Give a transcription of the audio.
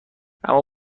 اما